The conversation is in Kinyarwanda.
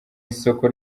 isoko